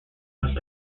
much